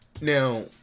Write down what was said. now